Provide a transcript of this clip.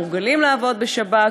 מורגלים לעבוד בשבת,